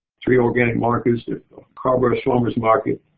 three organic markets, the so carrboro farmer's market,